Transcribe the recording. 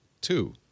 Two